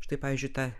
štai pavyzdžiui tą